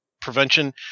prevention